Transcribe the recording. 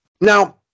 now